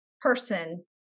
person